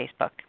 Facebook